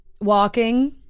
walking